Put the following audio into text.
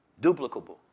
duplicable